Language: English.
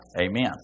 Amen